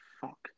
Fuck